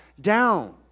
down